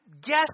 guess